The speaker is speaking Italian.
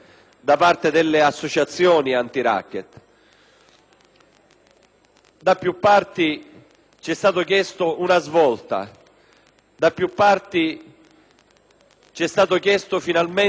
Da più parti ci è stata chiesta una svolta; da più parti ci è stato chiesto un gesto finalmente di grande maturità da parte del Parlamento: